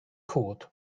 cwd